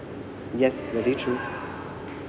yes very true